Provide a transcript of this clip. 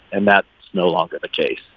and that's no longer the case